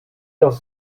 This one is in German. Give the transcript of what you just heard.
das